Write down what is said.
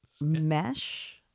mesh